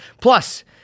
Plus